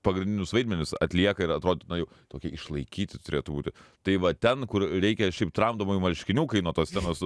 pagrindinius vaidmenis atlieka ir atrodytų nu jau tokie išlaikyti turėtų būti tai va ten kur reikia šiaip tramdomųjų marškinių kai nuo tos scenos